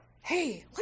Hey